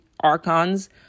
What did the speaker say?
archons